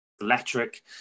electric